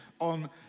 on